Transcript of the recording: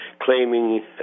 claiming